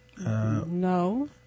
no